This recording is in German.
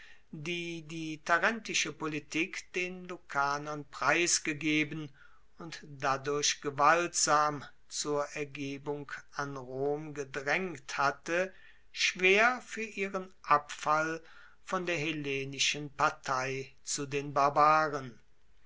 die die tarentinische politik den lucanern preisgegeben und dadurch gewaltsam zur ergebung an rom gedraengt hatte schwer fuer ihren abfall von der hellenischen partei zu den barbaren